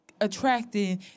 attracting